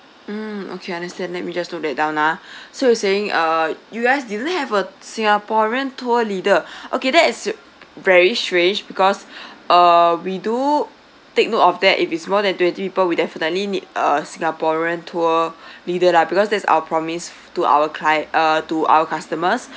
mm okay understand let me just note that down ah so you saying uh you guys didn't have a singaporean tour leader okay that's very strange because uh we do take note of that if it's more than twenty people we definitely need a singaporean tour leader lah because that's our promise to our client uh to our customers